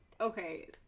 okay